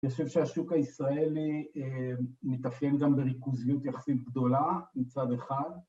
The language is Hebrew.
אני חושב שהשוק הישראלי מתאפיין גם בריכוזיות יחסית גדולה מצד אחד